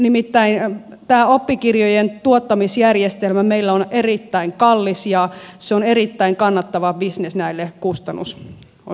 nimittäin tämä oppikirjojen tuottamisjärjestelmä meillä on erittäin kallis ja se on erittäin kannattava bisnes näille kustannusyhtiöille